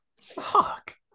Fuck